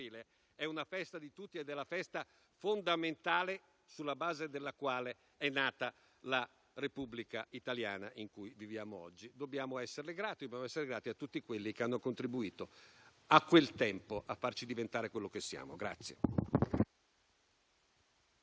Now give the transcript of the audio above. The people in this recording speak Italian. è una festa di tutti ed è la festa fondamentale sulla base della quale è nata la Repubblica italiana, in cui viviamo oggi. Dobbiamo esserle grati e dobbiamo essere grati a tutti quelli che hanno contribuito, a quel tempo, a farci diventare quello che siamo.